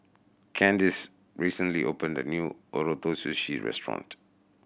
Kandice recently opened a new Ootoro Sushi Restaurant